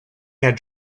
had